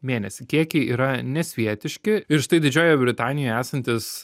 mėnesį kiekiai yra nesvietiškai ir štai didžiojoje britanijoj esantis